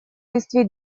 листве